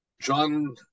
John